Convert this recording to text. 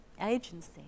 agency